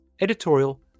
editorial